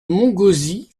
montgauzy